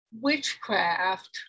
witchcraft